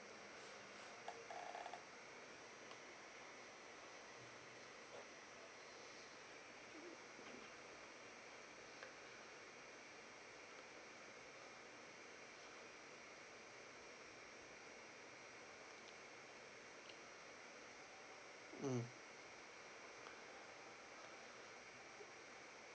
mm